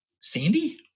Sandy